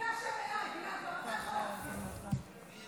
"מי לה'